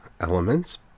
elements